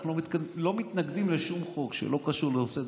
אנחנו לא מתנגדים לשום חוק שלא קשור לנושאי